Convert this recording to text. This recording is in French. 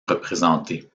représenter